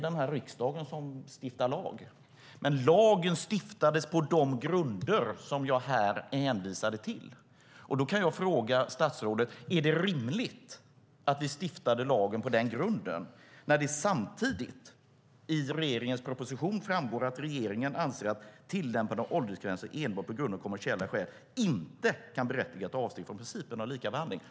Det är riksdagen som stiftar lagar, men lagen stiftades på de grunder som jag hänvisade till. Då frågar jag statsrådet: Är det rimligt att vi stiftade lagen på den grunden när det samtidigt framgår av regeringens proposition att regeringen anser att tillämpande av åldersgränser enbart på grund av kommersiella skäl inte kan berättiga till avsteg från principen om likabehandling?